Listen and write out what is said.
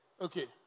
Okay